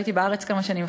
לא הייתי בארץ כמה שנים,